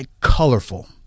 colorful